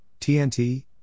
TNT